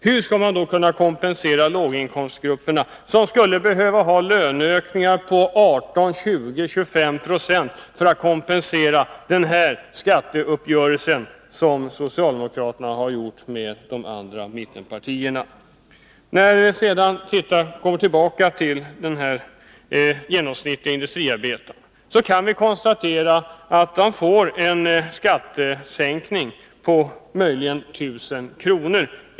Hur skall man kunna kompensera låginkomstgrupperna, som skulle behöva ha löneökningar på 18, 20, 25 för att kompensera den skatteuppgörelse som socialdemokraterna har gjort med mittenpartierna? Jag vill sedan komma tillbaka till frågan om den industriarbetare som representerar genomsnittet. Man kan konstatera att denne får en skattesänkning på möjligen 1 000 kr.